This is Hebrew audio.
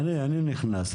אני נכנס,